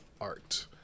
art